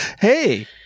Hey